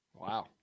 Wow